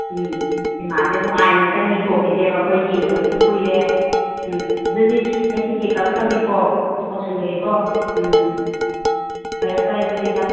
ꯎꯝ ꯁꯤꯅꯦꯃꯥꯁꯦ ꯅꯨꯡꯉꯥꯏꯅ ꯑꯃꯨꯛꯇꯪ ꯌꯦꯡꯊꯣꯛꯈꯤꯁꯦꯕ ꯑꯩꯈꯣꯏ ꯌꯦꯡꯗꯕꯁꯨ ꯀꯨꯏꯔꯦ ꯎꯝ ꯑꯗꯨꯗꯤ ꯑꯩ ꯇꯤꯛꯀꯦꯠ ꯀꯛꯈ꯭ꯔꯒꯦꯀꯣ ꯕꯨꯛ ꯇꯧꯁꯟꯈ꯭ꯔꯒꯦꯀꯣ ꯎꯝ ꯐꯔꯦ ꯐꯔꯦ ꯑꯗꯨꯗꯤ ꯏꯇꯥ